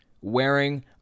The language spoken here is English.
wearing